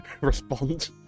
Respond